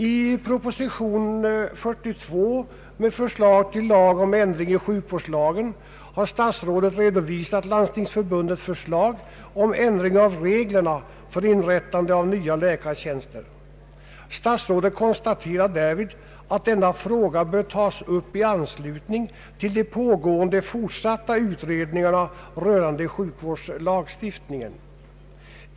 I proposition 42 med förslag till lag om ändring i sjukvårdslagen har statsrådet redovisat Landstingsförbundets förslag om ändring av reglerna för inrättande av nya läkartjänster. Statsrådet konstaterar därvid att denna fråga bör tas upp i anslutning till de pågående fortsatta utredningarna rörande sjukvårdslagstiftningen.